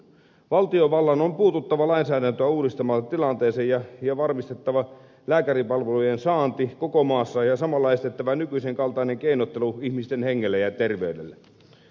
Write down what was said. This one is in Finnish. valtiovallan on puututtava lainsäädäntöä uudistamalla tilanteeseen ja varmistettava lääkäripalvelujen saanti koko maassa ja samalla estettävä nykyisen kaltainen keinottelu ihmisten hengellä ja terveydellä